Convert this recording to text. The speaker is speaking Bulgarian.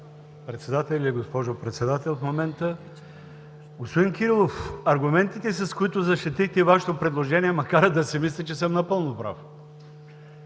Председател и госпожо Председател в момента. Господин Кирилов, аргументите, с които защитихте Вашето предложение, ме карат да си мисля, че съм напълно прав.